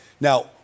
Now